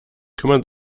kümmern